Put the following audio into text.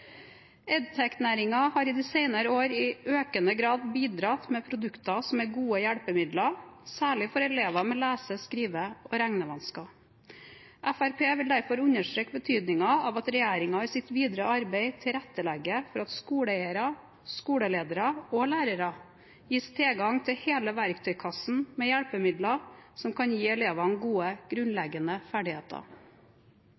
har de senere år i økende grad bidratt med produkter som er gode hjelpemidler, særlig for elever med lese-, skrive- og regnevansker. Fremskrittspartiet vil derfor understreke betydningen av at regjeringen i sitt videre arbeid tilrettelegger for at skoleeiere, skoleledere og lærere gis tilgang til hele verktøykassen med hjelpemidler som kan gi elevene gode